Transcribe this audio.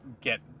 get